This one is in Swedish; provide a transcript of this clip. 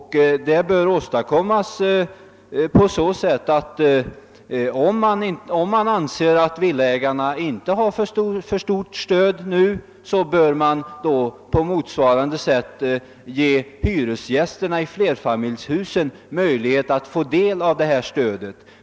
Denna rättvisa bör åstadkommas så, att man, om man anser att villaägarna inte har ett alltför stort ekonomiskt stöd nu, bör på motsvarande sätt ge också hyresgästerna i flerfamiljshusen möjlighet att få motsvarande stöd.